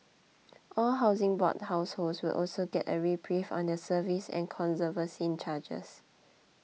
all Housing Board households will also get a reprieve on their service and conservancy charges